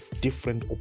different